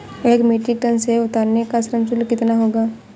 एक metric ton सेव उतारने का श्रम शुल्क कितना होगा?